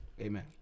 Amen